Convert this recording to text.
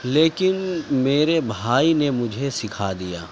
لیکن میرے بھائی نے مجھے سکھا دیا